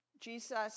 Jesus